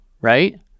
right